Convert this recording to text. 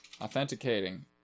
Authenticating